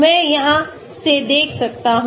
मैं यहां से देख सकता हूं